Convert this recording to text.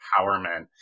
empowerment